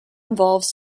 involves